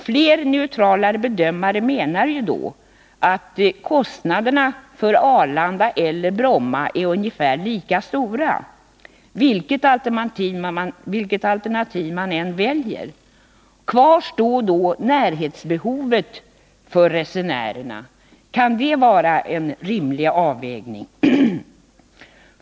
Flera ”neutrala” bedömare menar att kostnaderna för Arlanda eller Bromma är ungefär lika stora — vilket alternativ man än väljer. Kvar står då närhetsbehovet för resenärerna. Kan det vara en rimlig avvägning?